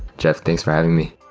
jeff. thanks for having me.